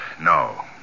No